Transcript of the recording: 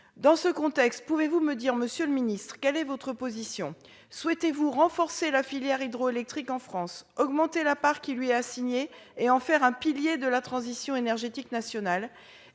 Dans ce contexte, pouvez-vous me dire, monsieur le ministre d'État, quelle est votre position : souhaitez-vous renforcer la filière hydroélectrique en France, augmenter la part qui lui est assignée et en faire un pilier de la transition énergétique nationale ?